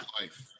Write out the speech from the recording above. life